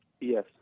Yes